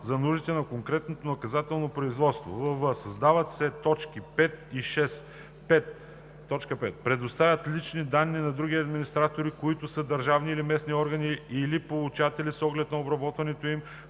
за нуждите на конкретно наказателно производство;“ вв) създават се т. 5 и 6: „5. предоставят личните данни на други администратори, които са държавни или местни органи, или получатели с оглед на обработването им